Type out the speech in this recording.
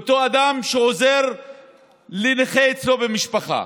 אותו אדם שעוזר לנכה במשפחה